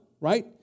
right